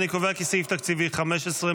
אני קובע כי סעיף תקציבי 15,